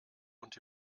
und